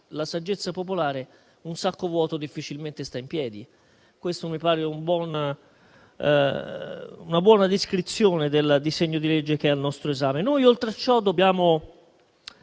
la saggezza popolare, un sacco vuoto difficilmente sta in piedi: questa mi pare una buona descrizione del disegno di legge al nostro esame. Dobbiamo